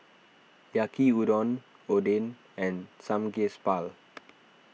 Yaki Udon Oden and Samgyeopsal